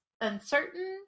uncertain